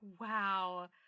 wow